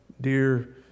dear